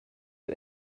you